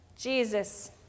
Jesus